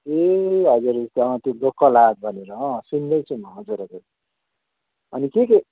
ए हजुर हजुर अँ त्यो लोकल हाट भनेर अँ सुन्दैछु म हजुर हजुर अनि के के